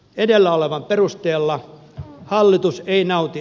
edellä olevan perusteella hallitus ei nauti